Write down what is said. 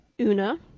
Una